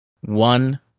one